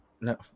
No